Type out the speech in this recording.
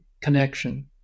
connection